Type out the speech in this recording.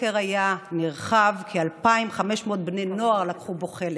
הסקר היה נרחב, כ-2,500 בני נוער לקחו בו חלק.